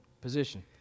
position